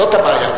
זאת הבעיה.